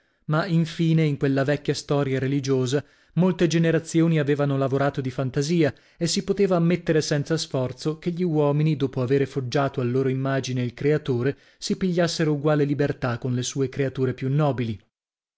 ma infine in quella vecchia storia religiosa molte generazioni avevano lavorato di fantasia e si poteva ammettere senza sforzo che gli uomini dopo avere foggiato a loro immagine il creatore si pigliassero uguale libertà con le sue creature più nobili